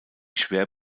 schwer